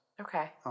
Okay